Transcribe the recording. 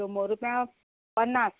शोमोर रुपया पन्नास